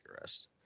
arrest